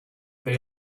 they